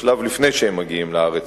2. שאלת איזה בעלי-חיים בעיקר ניצודים.